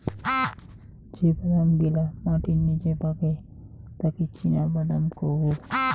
যে বাদাম গিলা মাটির নিচে পাকে তাকি চীনাবাদাম কুহু